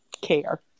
care